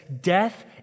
death